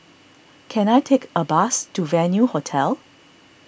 can I take a bus to Venue Hotel